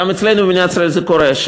גם אצלנו במדינת ישראל זה קורה,